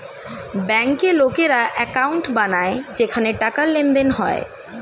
ব্যাংকে লোকেরা অ্যাকাউন্ট বানায় যেখানে টাকার লেনদেন হয়